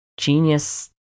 Genius